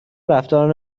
رفتار